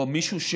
או מישהו,